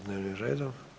dnevnim redom.